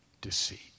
deceit